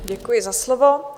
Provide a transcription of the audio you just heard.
Děkuji za slovo.